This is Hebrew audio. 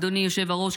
אדוני היושב-ראש,